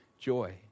joy